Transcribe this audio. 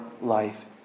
life